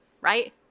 Right